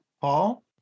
Paul